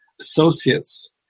associates